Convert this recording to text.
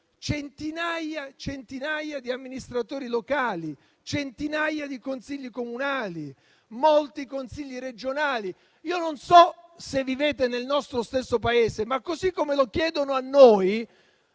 centinaia di amministratori locali, di consigli comunali e molti consigli regionali. Io non so se vivete nel nostro stesso Paese, ma così come lo chiedono a noi,